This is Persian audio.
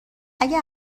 اگه